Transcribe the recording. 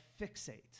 fixate